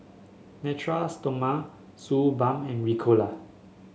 Natura Stoma Suu Balm and Ricola